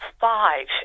five